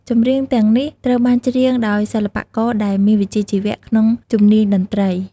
ចម្រៀងទាំងនេះត្រូវបានច្រៀងដោយសិល្បៈករដែលមានវិជ្ជាជីវៈក្នុងជំនាញតន្ត្រី។